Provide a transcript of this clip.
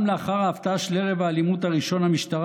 גם לאחר ההפתעה של ערב האלימות הראשון המשטרה